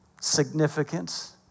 significance